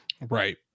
Right